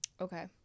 Okay